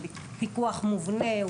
הוא פיקוח מובנה,